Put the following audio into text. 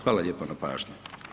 Hvala lijepo na pažnji.